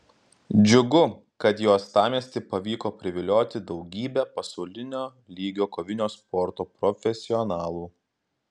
džiugu kad į uostamiestį pavyko privilioti daugybę pasaulinio lygio kovinio sporto profesionalų